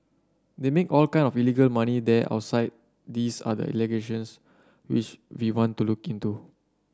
they make all kind of illegal money there outside these are the allegations which we want to look into